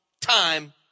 time